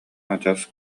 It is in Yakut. адьас